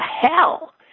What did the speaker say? hell